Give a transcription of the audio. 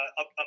up